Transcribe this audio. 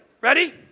Ready